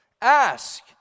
Ask